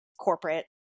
corporate